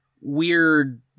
weird